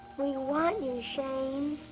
we want you shane.